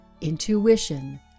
intuition